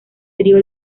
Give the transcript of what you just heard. trío